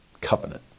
Covenant